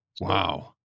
Wow